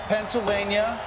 Pennsylvania